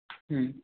হুম